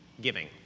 giving